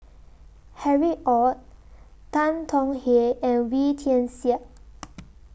Harry ORD Tan Tong Hye and Wee Tian Siak